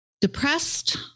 depressed